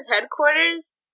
headquarters